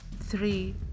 three